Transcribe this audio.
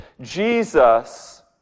Jesus